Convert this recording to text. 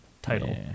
title